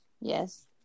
Yes